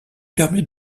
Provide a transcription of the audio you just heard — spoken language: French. permet